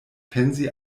pensi